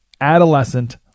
adolescent